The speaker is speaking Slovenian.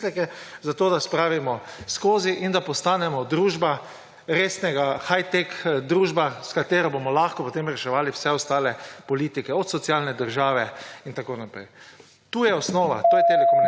zato da spravimo skozi in da postanemo resna high teck družba, s katero bomo lahko potem reševali vse ostale politike, od socialne države in tako naprej. Tukaj je osnova, to je telekomunikacijska